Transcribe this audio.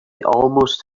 almost